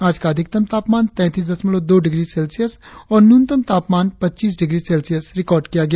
आज का अधिकतम तापमान तैतीस दशमलव दो डिग्री सेल्सियस और न्यूनतम तापमान पच्चीस डिग्री सेल्सियस रिकार्ड किया गया